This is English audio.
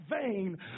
vain